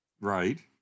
Right